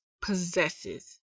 possesses